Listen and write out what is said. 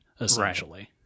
Essentially